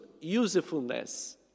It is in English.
usefulness